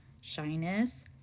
shyness